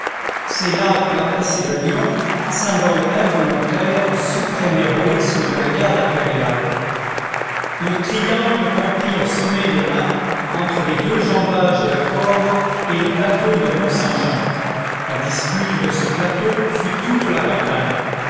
c'est là qu'on a placé le lion symbole involontaire du suprême héroïsme de la garde impériale le triangle compris au sommet de l'a entre les deux jambages et la corde est le plateau de mont-saint-jean la dispute de ce plateau fut toute la bataille